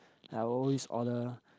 I always order